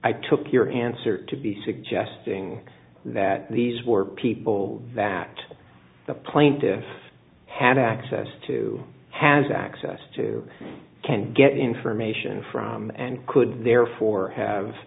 i took your answer to be suggesting that these were people that the plaintiffs had access to has access to can get information from and could therefore have